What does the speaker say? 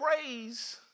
praise